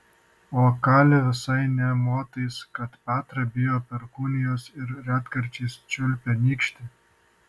o kali visai nė motais kad petra bijo perkūnijos ir retkarčiais čiulpia nykštį